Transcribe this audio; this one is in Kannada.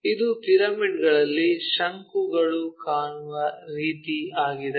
ಇದು ಪಿರಮಿಡ್ನಲ್ಲಿ ಶಂಕುಗಳು ಕಾಣುವ ರೀತಿ ಆಗಿದೆ